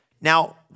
Now